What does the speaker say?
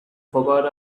forgot